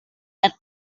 and